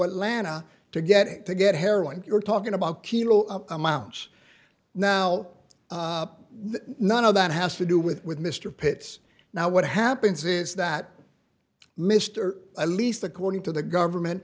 atlanta to get it to get heroin you're talking about amounts now none of that has to do with with mr pitts now what happens is that mr at least according to the government